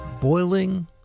Boiling